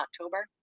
October